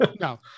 no